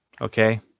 Okay